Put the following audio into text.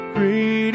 Great